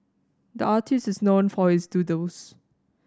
the artist is known for his doodles